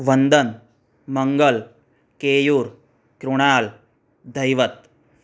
વંદન મંગલ કેયૂર કૃણાલ ધૈવત